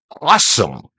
awesome